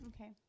Okay